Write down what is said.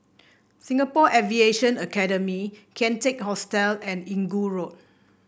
Singapore Aviation Academy Kian Teck Hostel and Inggu Road